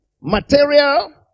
material